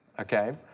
okay